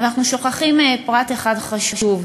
ואנחנו שוכחים פרט אחד חשוב,